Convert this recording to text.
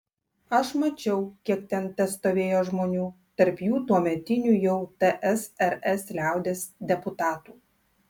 aš mačiau kiek ten testovėjo žmonių tarp jų tuometinių jau tsrs liaudies deputatų